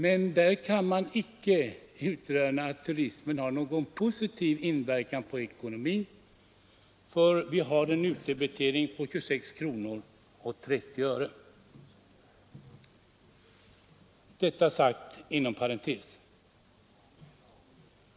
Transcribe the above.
Men där kan man inte se att turismen har någon positiv inverkan på ekonomin, för vi har en utdebitering på 26:30 kr. Detta sagt inom parentes.